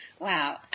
Wow